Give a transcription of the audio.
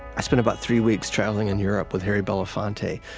i spent about three weeks traveling in europe with harry belafonte,